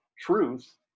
truth